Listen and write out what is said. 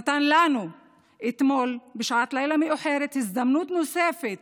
נתן לנו אתמול בשעת לילה מאוחרת הזדמנות נוספת